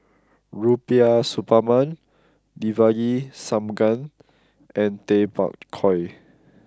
Rubiah Suparman Devagi Sanmugam and Tay Bak Koi